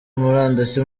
murandasi